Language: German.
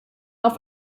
auf